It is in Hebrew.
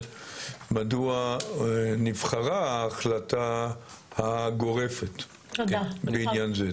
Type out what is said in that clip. מדוע נבחרה ההחלטה הגורפת לעניין זה.